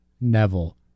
Neville